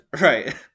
Right